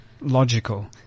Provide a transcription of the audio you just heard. logical